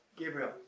Gabriel